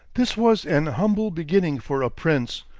this was an humble beginning for a prince.